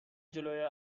جلوی